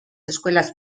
escuelas